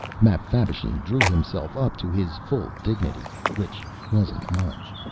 mapfabvisheen drew himself up to his full dignity, which wasn't much.